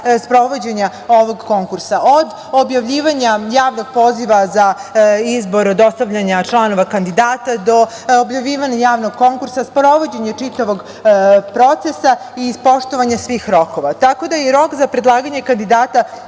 sprovođenja ovog konkursa - od objavljivanja javnog poziva za izbor, dostavljanja članova kandidata do objavljivanja javnog konkursa, sprovođenje čitavog procesa i poštovanje svih rokova. Tako da je rok za predlaganje kandidata